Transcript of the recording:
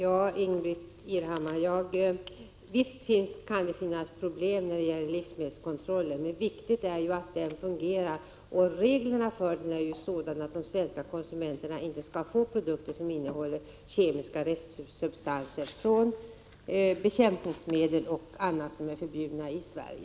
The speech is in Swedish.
Herr talman! Ja, visst kan det finnas problem när det gäller livsmedelskontrollen, men det är viktigt att den fungerar. Reglerna för den är sådana att de svenska konsumenterna inte skall få produkter som innehåller kemiska restsubstanser från bekämpningsmedel m.m. som är förbjudna i Sverige.